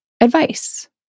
advice